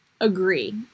agree